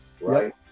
right